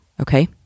Okay